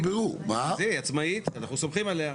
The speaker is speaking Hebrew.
בגלל זה היא עצמאית, כי אנחנו סומכים עליה.